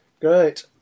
Great